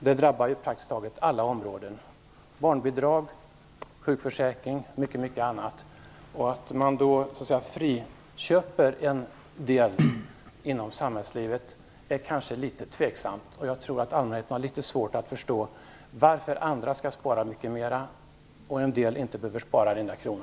Det drabbar praktiskt taget alla områden, t.ex. barnbidragen och sjukförsäkringen. Att man så att säga friköper en del av samhällslivet är kanske litet tvivelaktigt. Jag tror att allmänheten har litet svårt att förstå varför en del skall spara mycket och en del inte behöver spara en enda krona.